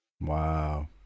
Wow